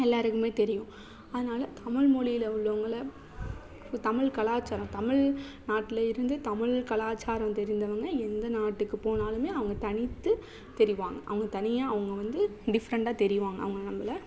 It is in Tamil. எல்லோருக்குமே தெரியும் அதனால் தமிழ் மொழில உள்ளவங்களை தமிழ் கலாச்சாரம் தமிழ் தமிழ்நாட்டுல இருந்து தமிழ் கலாச்சாரம் தெரிந்தவங்க எந்த நாட்டுக்கு போனாலுமே அவங்க தனித்து தெரிவாங்க அவங்களுக்கு தனியாக அவங்க வந்து டிஃப்ரண்டாக தெரிவாங்க அவங்களை நம்மளை